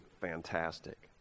fantastic